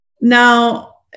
Now